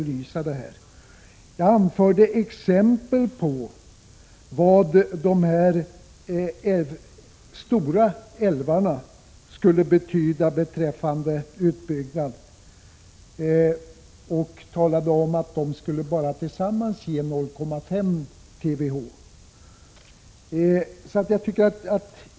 Jag anförde exempel på vad de stora älvarna skulle betyda när det gällde utbyggnad och talade om att de tillsammans bara skulle ge 0,5 TWh.